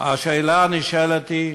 נא לסיים.